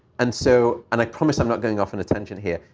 and so, and i promise i'm not going off an attention here,